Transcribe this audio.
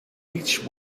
each